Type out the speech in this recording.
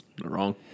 Wrong